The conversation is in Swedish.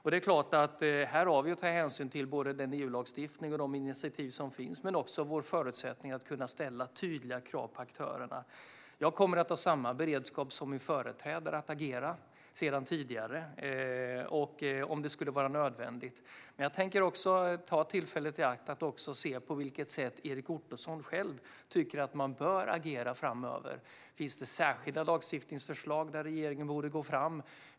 Här har regeringen att ta hänsyn till EU-lagstiftning, de initiativ som har tagits och vår förutsättning att ställa tydliga krav på aktörerna. Jag kommer att ha samma beredskap som min företrädare att agera, om det skulle vara nödvändigt. Jag tänker också ta tillfället i akt att se på vilket sätt Erik Ottoson tycker att man bör agera framöver. Finns det särskilda lagstiftningsförslag som regeringen borde lägga fram?